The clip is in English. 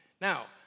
Now